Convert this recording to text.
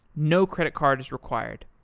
no credit card is required.